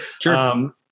Sure